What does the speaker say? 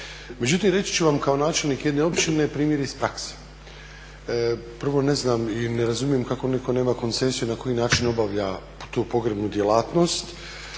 Međutim, reći ću vam kao načelnik jedne općine primjer iz prakse. Prvo ne znam i ne razumijem kako neko nema koncesiju na koji način obavlja tu pogrebnu djelatnosti